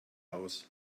aus